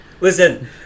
listen